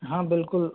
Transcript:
हाँ बिल्कुल